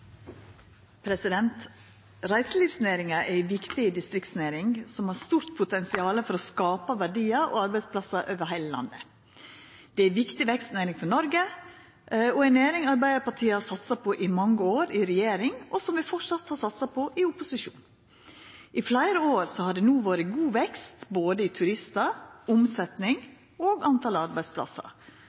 viktig distriktsnæring, som har stort potensial for å skapa verdiar og arbeidsplassar over heile landet. Det er ei viktig vekstnæring for Noreg og ei næring Arbeidarpartiet har satsa på i mange år i regjering, og som vi framleis har satsa på i opposisjon. I fleire år no har det vore god vekst både i talet på turistar, i omsetnad og i talet på arbeidsplassar.